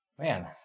Man